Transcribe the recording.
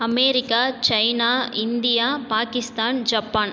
America China India Pakistan Japan